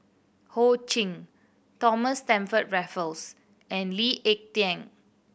Ho Ching Thomas Stamford Raffles and Lee Ek Tieng